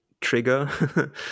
trigger